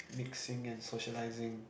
mixing and socializing